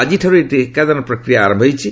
ଆଜିଠାରୁ ଏଇ ଟିକାଦାନ ପ୍ରକ୍ରିୟା ଆରମ୍ଭ ହୋଇଛି